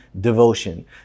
devotion